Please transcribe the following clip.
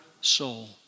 soul